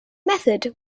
method